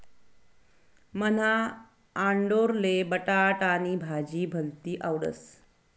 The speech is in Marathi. मन्हा आंडोरले बटाटानी भाजी भलती आवडस